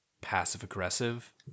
passive-aggressive